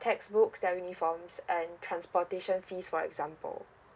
textbooks their uniforms and transportation fees for example